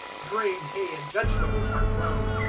grain, hay and vegetables are grown,